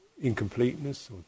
incompleteness